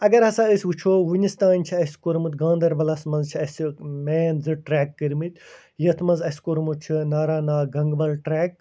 اَگر ہسا أسۍ وٕچھو ؤنِس تام چھِ اَسہِ کوٚرمُت گاندَربَلس منٛز چھِ اَسہِ مین زٕ ٹرٛٮ۪ک کٔرۍمٕتۍ یَتھ منٛز اَسہِ کوٚرمُت چھُ ناراناگ گَنگ بَل ٹرٛٮ۪ک